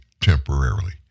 temporarily